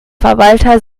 verwalter